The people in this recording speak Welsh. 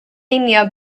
union